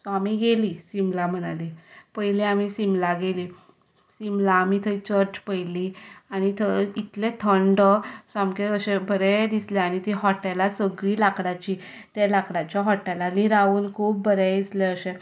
so आमी गेलीं शिमला मनाली पयलें आमी शिमला गेलीं शिमला आमी थंय चर्च पयली आनी थंय इतलें थंड सामकें अशें बरें दिसलें आनी ती हॉटेलां सगळीं लाकडाची ते लाकडाच्या हॉटेलांत बी रावन खूब बरें दिसलें अशें